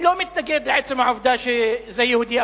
אני לא מתנגד לעצם העובדה שזה יהודי,